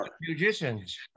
musicians